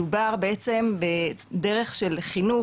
מדובר בדרך של חינוך,